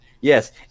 yes